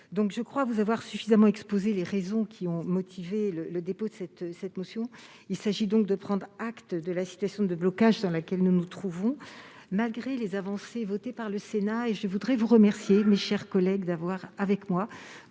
de vous avoir suffisamment exposé les raisons qui ont motivé le dépôt de cette motion. Il s'agit de prendre acte de la situation de blocage dans laquelle nous nous trouvons, malgré les avancées votées par le Sénat. Je tiens à remercier les collègues qui ont, pour